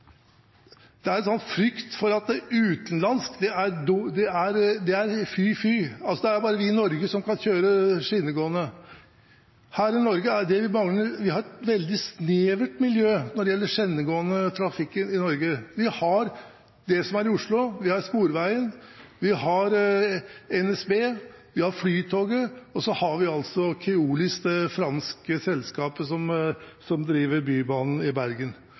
du faktisk et transportmiddel som drives av et fransk selskap, Keolis. Det er en sånn frykt for utenlandsk, det er fy fy, det er bare vi i Norge som kan kjøre skinnegående! Vi har et veldig snevert miljø når det gjelder skinnegående trafikk i Norge. Vi har det som er i Oslo – vi har Sporveien, vi har NSB, vi har Flytoget – og så har vi Keolis, det franske selskapet som driver Bybanen i Bergen.